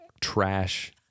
trash